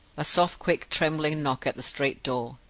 a soft, quick, trembling knock at the street door!